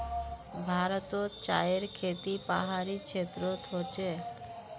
भारतोत चायर खेती पहाड़ी क्षेत्रोत होचे